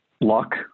luck